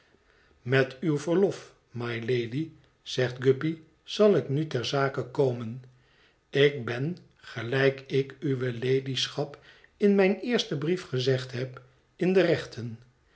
met uw verlof mylady zegt guppy zal ik nu ter zake komen ik ben gelijk ik uwe ladyschap in mijn eersten brief gezegd heb in de rechten